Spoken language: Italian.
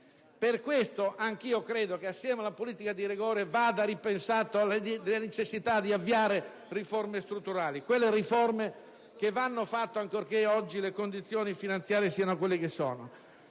Per questo anch'io credo che assieme ad una politica di rigore vada ripensata la necessità di avviare riforme strutturali, quelle riforme che vanno fatte ancorché oggi le condizioni finanziarie siano quelle che sono.